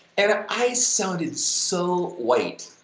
and i sounded so white,